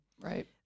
Right